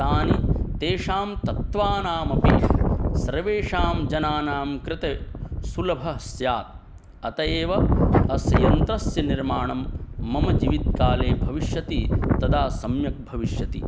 तानि तेषां तत्त्वानामपि सर्वेषां जनानां कृते सुलभः स्यात् अत एव अस्य यन्त्रस्य निर्माणं मम जीवित्काले भविष्यति तदा सम्यक् भविष्यति